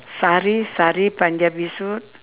sari sari punjabi suit